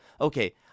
okay